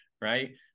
right